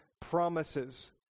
promises